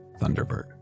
Thunderbird